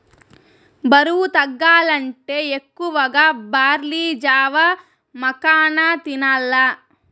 బరువు తగ్గాలంటే ఎక్కువగా బార్లీ జావ, మకాన తినాల్ల